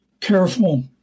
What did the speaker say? careful